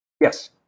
Yes